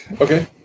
Okay